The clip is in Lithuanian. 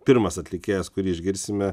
pirmas atlikėjas kurį išgirsime